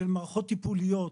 של מערכות טיפוליות.